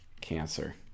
cancer